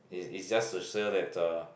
is is just to show that ah